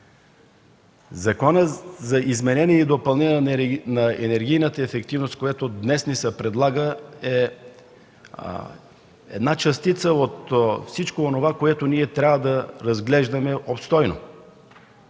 Законът за изменение и допълнение на Закона за енергийната ефективност, който днес ни се предлага, е една частица от всичко онова, което трябва да разглеждаме обстойно.